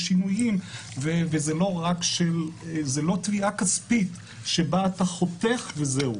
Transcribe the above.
שינויים וזו לא תביעה כספית שבה חותכים וזהו.